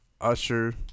Usher